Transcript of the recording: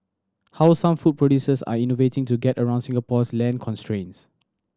how some food producers are innovating to get around Singapore's land constraints